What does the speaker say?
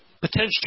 potential